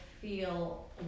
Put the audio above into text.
feel